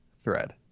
thread